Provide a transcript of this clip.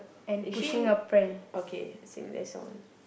is she okay as in that's all